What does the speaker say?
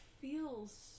feels